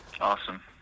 Awesome